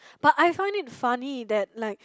but I find it funny that like